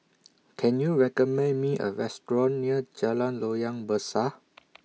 Can YOU recommend Me A Restaurant near Jalan Loyang Besar